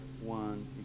one